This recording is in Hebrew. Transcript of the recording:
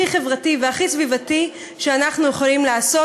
הכי חברתי והכי סביבתי שאנחנו יכולים לעשות,